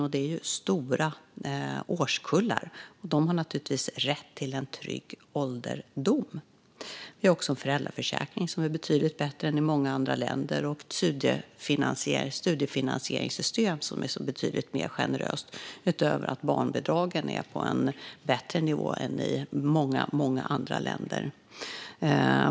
Det handlar om stora årskullar, och de har naturligtvis rätt till en trygg ålderdom. Vi har också en föräldraförsäkring som är betydligt bättre än i många andra länder och ett studiefinansieringssystem som är betydligt mer generöst. Dessutom är barnbidragen på en bättre nivå än i många andra länder.